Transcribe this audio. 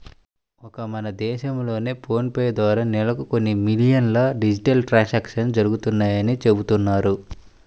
ఒక్క మన దేశంలోనే ఫోన్ పే ద్వారా నెలకు కొన్ని మిలియన్ల డిజిటల్ ట్రాన్సాక్షన్స్ జరుగుతున్నాయని చెబుతున్నారు